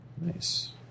Nice